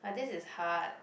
but this is hard